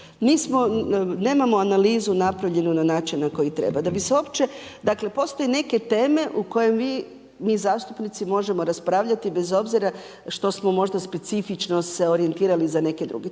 nemamo analizu napravljenu na način na koji treba. Da bi se opće, dakle postoje neke teme u kojem vi, mi zastupnici možemo raspravljati bez obzira što smo možda specifično se orijentirali za neke druge, to